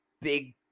big